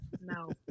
No